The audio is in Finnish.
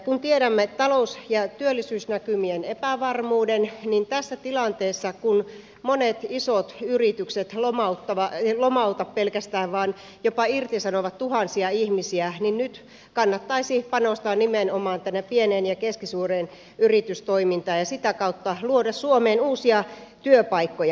kun tiedämme talous ja työllisyysnäkymien epävarmuuden niin tässä tilanteessa kun monet isot yritykset lomauttavat eivät pelkästään lomauta vaan jopa irtisanovat tuhansia ihmisiä kannattaisi panostaa nimenomaan tänne pieneen ja keskisuureen yritystoimintaan ja sitä kautta voitaisiin luoda suomeen uusia työpaikkoja